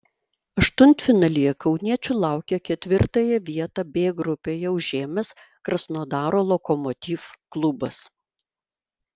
aštuntfinalyje kauniečių laukia ketvirtąją vietą b grupėje užėmęs krasnodaro lokomotiv klubas